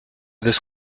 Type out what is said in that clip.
this